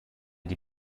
die